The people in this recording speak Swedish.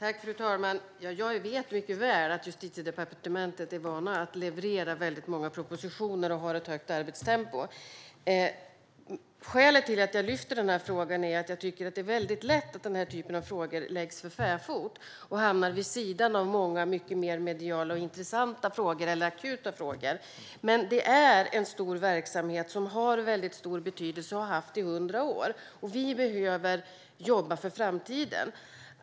Fru talman! Ja, jag vet mycket väl att man på Justitiedepartementet är vana att leverera väldigt många propositioner och har ett högt arbetstempo. Skälet till att jag tar upp den här frågan är att jag tycker att det är lätt att den här typen av frågor läggs för fäfot och hamnar vid sidan av många mycket mer mediala och intressanta eller akuta frågor. Men det är en stor verksamhet som har en stor betydelse och har haft det i hundra år, och vi behöver jobba för framtiden.